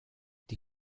die